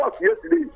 yesterday